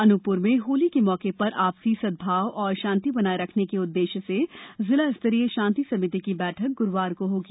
अनूपप्र में होली के मौके पर आपसी सद्भाव और शांति बनाये रखने के उद्देश्य से जिला स्तरीय शांति समिति की बैठक गुरूवार को होगी